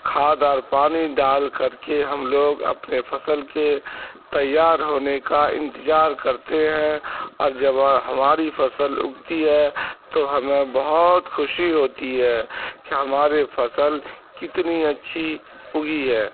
خاد اور پانی ڈال کر کے ہم لوگ اپنے فصل کے تیار ہونے کا انتظار کرتے ہیں اور جب ہماری فصل اگتی ہے تو ہمیں بہت خوشی ہوتی ہے کہ ہماری فصل کتنی اچھی اگی ہے